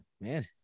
man